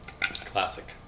Classic